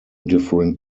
different